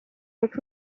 but